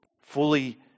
fully